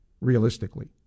realistically